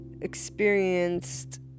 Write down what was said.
experienced